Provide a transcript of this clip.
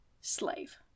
slave